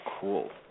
cool